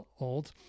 old